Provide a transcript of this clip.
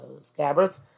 scabbards